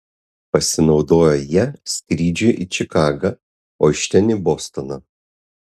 pasinaudojo ja skrydžiui į čikagą o iš ten į bostoną